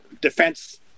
defense